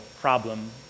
problem